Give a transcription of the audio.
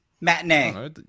matinee